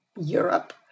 Europe